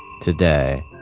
today